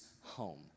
home